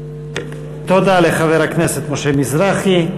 תודה לחבר הכנסת משה מזרחי,